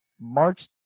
March